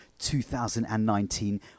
2019